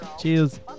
Cheers